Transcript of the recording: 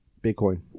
Bitcoin